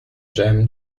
jam